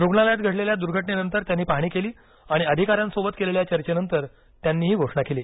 रुग्णालयात घडलेल्या दुर्घटनेनंतर त्यांनी पाहणी केली आणि अधिकाऱ्यांसोबत केलेल्या चर्चेनंतर त्यांनी ही घोषणा केली